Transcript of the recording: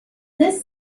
this